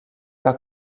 pas